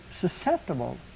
susceptible